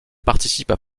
participent